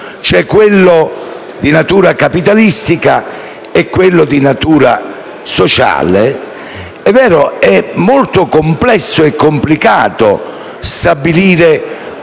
cioè quello di natura capitalistica e quello di natura sociale, è molto complesso e complicato stabilire